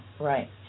right